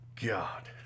God